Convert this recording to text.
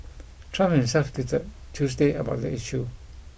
Trump himself tweeted Tuesday about the issue